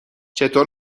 چطور